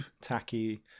tacky